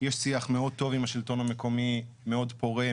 יש שיח מאוד טוב עם השלטון המקומי, מאוד פורה.